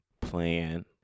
plan